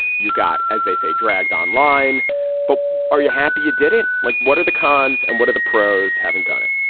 you got as they say dragged online but are you happy you did it like what are the cons and what are the pros having done it